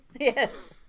Yes